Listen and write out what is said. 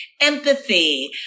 empathy